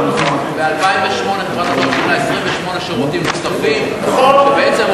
ב-2008 חברת הדואר, 28 שירותים נוספים, כלכלית.